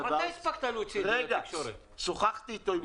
שוחחתי איתו.